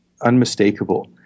unmistakable